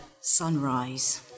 sunrise